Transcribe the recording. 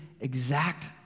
exact